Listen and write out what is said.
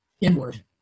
inward